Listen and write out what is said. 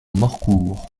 morcourt